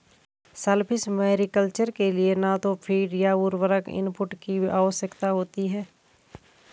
shellfish mariculture के लिए न तो फ़ीड या उर्वरक इनपुट की आवश्यकता होती है